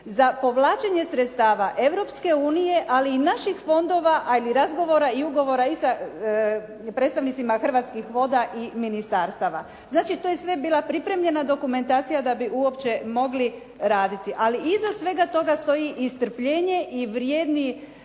za povlačenje sredstava Europske unije, ali i naših fondova, ali i razgovora i ugovora i sa predstavnicima Hrvatskih voda i ministarstva. Znači, to je sve bila pripremljena dokumentacija da bi uopće mogli raditi. Ali iza svega toga stoji i strpljenje i vrijedni